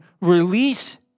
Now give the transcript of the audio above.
release